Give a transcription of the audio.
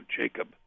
Jacob